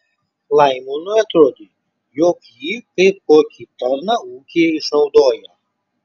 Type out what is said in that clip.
laimonui atrodė jog jį kaip kokį tarną ūkyje išnaudoja